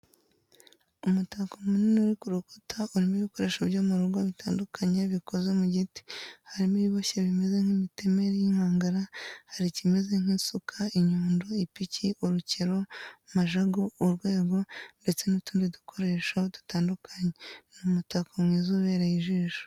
Umutako munini uri ku rukuta urimo ibikoresho byo mu rugo bitandukanye bikoze mu giti harimo ibiboshye bimeze nk'imitemeri y'inkangara, hari ikimeze nk'isuka, inyundo, ipiki, urukero, majagu, urwego, ndetse n'utundi dukoresho dutandukanye, ni umutako mwiza ubereye ijisho.